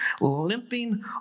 limping